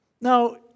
Now